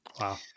Wow